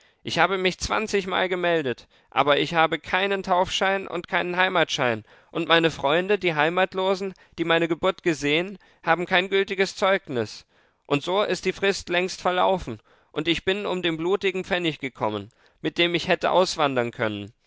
ich habe mich zwanzigmal gemeldet aber ich habe keinen taufschein und keinen heimatschein und meine freunde die heimatlosen die meine geburt gesehen haben kein gültiges zeugnis und so ist die frist längst verlaufen und ich bin um den blutigen pfennig gekommen mit dem ich hätte auswandern können